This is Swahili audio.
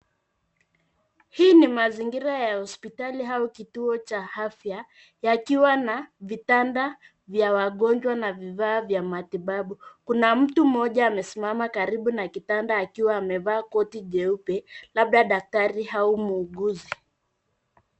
Hii ni mazingira ya hosipitali au kituo cha afya yakiwa na vitanda vya wagonjwa na vifaa vya matibabu kuna mtu mmoja amesimama karibu na na kitanda akuwaamevaa koti jeupe labda daktari au muuguzi.